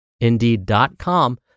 Indeed.com